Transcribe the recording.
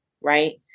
Right